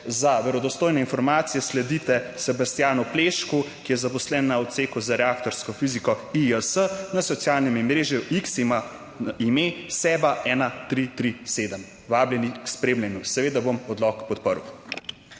za verodostojne informacije sledite Sebastjanu Plešku, ki je zaposlen na Odseku za reaktorsko fiziko IJS. Na socialnem omrežju X ima ime Seba1337. Vabljeni k spremljanju. Seveda bom odlok podprl.